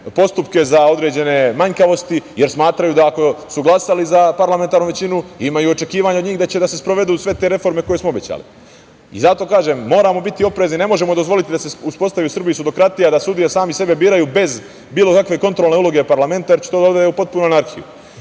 postupke za određene manjkavosti, jer smatraju da, ako su glasali za parlamentarnu većinu, imaju i očekivanja od njih da će da se sprovedu sve te reforme koje smo obećali. Moramo biti oprezni, ne možemo dozvoliti da se uspostavi u Srbiji sudokratija, da sudije sami sebe biraju bez bilo kakve kontrolne uloge parlamenta, jer će to da odvede u potpunu anarhiju. Još